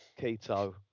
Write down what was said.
Keto